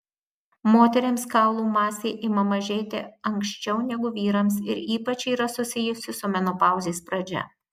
moterims kaulų masė ima mažėti anksčiau negu vyrams ir ypač yra susijusi su menopauzės pradžia